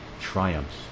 triumphs